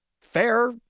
fair